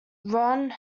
ron